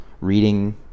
reading